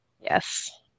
Yes